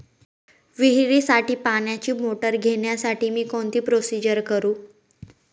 विहिरीसाठी पाण्याची मोटर घेण्यासाठी मी कोणती प्रोसिजर करु?